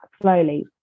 slowly